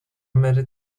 بره